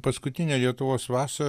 paskutinė lietuvos vasa